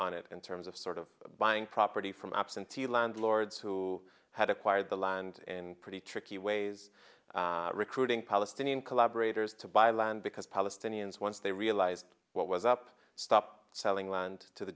on it in terms of sort of buying property from absentee landlords who had acquired the land in pretty tricky ways recruiting palestinian collaborators to buy land because palestinians once they realized what was up stop selling land to the